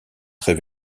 très